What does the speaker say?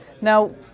Now